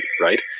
right